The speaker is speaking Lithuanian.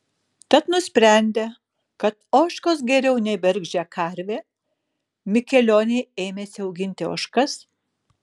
tad nusprendę kad ožkos geriau nei bergždžia karvė mikelioniai ėmėsi auginti ožkas